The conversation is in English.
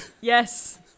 Yes